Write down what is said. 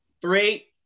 three